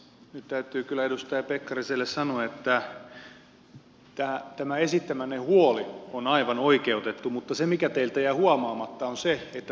nyt täytyy kyllä edustaja pekkariselle sanoa että tämä esittämänne huoli on aivan oikeutettu mutta se mikä teiltä jäi huomaamatta on se että tähän on jo reagoitu